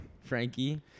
Frankie